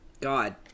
God